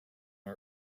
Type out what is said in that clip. our